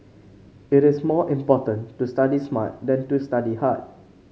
it is more important to study smart than to study hard